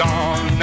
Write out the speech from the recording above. on